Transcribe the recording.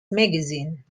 magazine